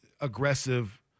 aggressive